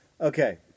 Okay